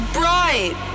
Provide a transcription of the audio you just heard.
bright